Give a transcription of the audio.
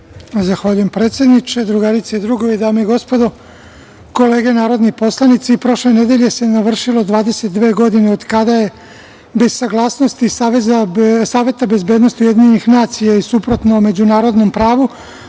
Zahvaljujem, predsedniče. Drugarice i drugovi, dame i gospodo, kolege narodni poslanici, prošle nedelje se navršilo 22 godine od kada je bez saglasnosti Saveta bezbednosti UN i suprotno međunarodnom pravu